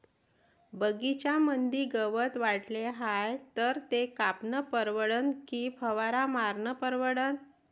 बगीच्यामंदी गवत वाढले हाये तर ते कापनं परवडन की फवारा मारनं परवडन?